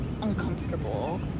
uncomfortable